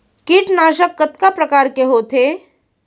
कीटनाशक कतका प्रकार के होथे?